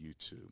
youtube